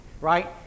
right